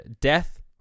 death